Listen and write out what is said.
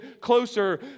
closer